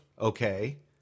Okay